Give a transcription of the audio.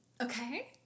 Okay